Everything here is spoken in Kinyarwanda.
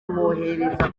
kumwohereza